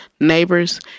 neighbors